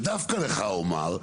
ודווקא לך אומר,